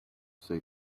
say